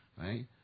right